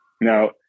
Now